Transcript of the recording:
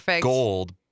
gold